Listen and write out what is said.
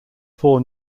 four